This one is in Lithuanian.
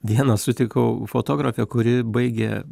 vieną sutikau fotografę kuri baigė